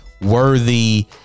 Worthy